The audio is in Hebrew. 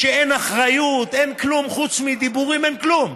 כשאין אחריות ואין כלום, חוץ מדיבורים אין כלום.